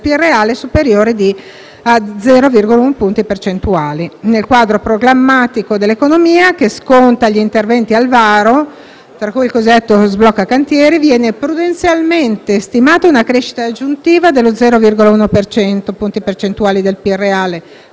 di 0,1 punti percentuali. Nel quadro programmatico dell'economia, che sconta gli interventi al varo (tra cui il cosiddetto sblocca cantieri), viene prudenzialmente stimata una crescita aggiuntiva dello 0,1 per cento (punti percentuali del PIL reale) nel 2019, che